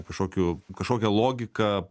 kažkokiu kažkokią logiką